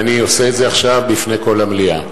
ואני עושה את זה עכשיו בפני כל המליאה.